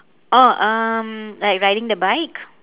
oh um like riding the bike